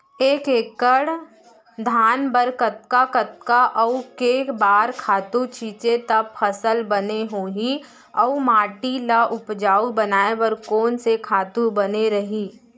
एक एक्कड़ धान बर कतका कतका अऊ के बार खातू छिंचे त फसल बने होही अऊ माटी ल उपजाऊ बनाए बर कोन से खातू बने रही?